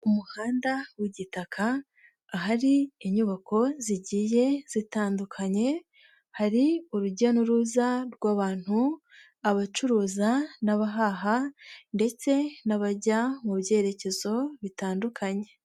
Umuhanda w'igitaka ahari inyubako zigiye zitandukanye, hari urujya n'uruza rw'abantu, abacuruza n'abahaha ndetse n'abajya mu byerekezo bitandukanye.